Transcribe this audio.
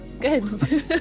good